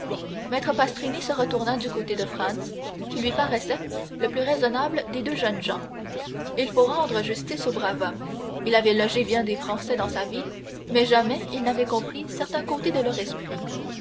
maître pastrini se retourna du côté de franz qui lui paraissait le plus raisonnable des deux jeunes gens il faut rendre justice au brave homme il avait logé bien des français dans sa vie mais jamais il n'avait compris certain côté de leur esprit